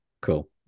Cool